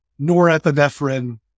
norepinephrine